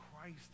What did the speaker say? Christ